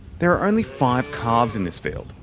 there are only five calves in this field,